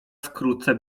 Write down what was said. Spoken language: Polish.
wkrótce